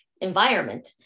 environment